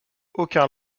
aucun